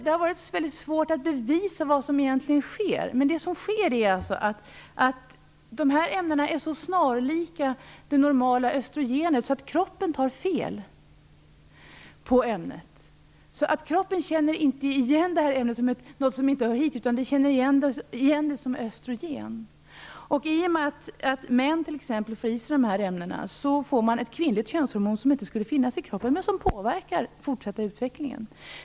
Det har varit mycket svårt att bevisa vad som egentligen sker, men dessa ämnen är så snarlika det normala östrogenet att kroppen tar fel på ämnet. Kroppen känner inte igen det som något som inte hör hemma i den utan identifierar det som östrogen. I och med att t.ex. män får i sig dessa ämnen får de ett kvinnligt könshormon som normalt inte skulle finnas i kroppen men som påverkar den fortsatta utvecklingen.